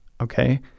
okay